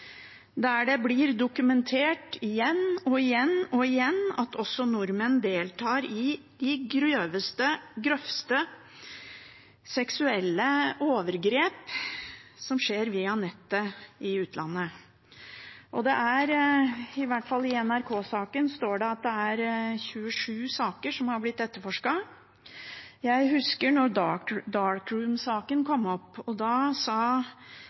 der det blir dokumentert igjen og igjen at også nordmenn deltar i de groveste seksuelle overgrep i utlandet, som skjer via nettet. I NRK-saken står det at det er 27 saker som har blitt etterforsket. Jeg husker da «Dark Room»-saken kom opp. Da sa